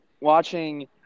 watching –